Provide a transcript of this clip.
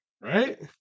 Right